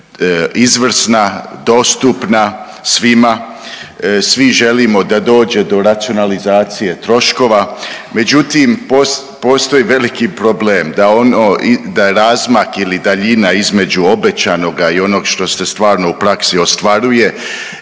izvrsna, dostupna svima, svi želimo da dođe do racionalizacije troškova međutim postoji veliki problem da ono, da je razmak ili daljina između obećanoga i onog što ste stvarno u praksi ostvaruje